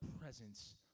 presence